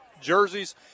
jerseys